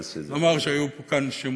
כן, כן, רק תעשה את זה, אומר שהיו כאן שמות.